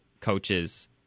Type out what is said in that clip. coaches—